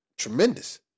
Tremendous